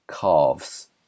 calves